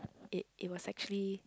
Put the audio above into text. it it was actually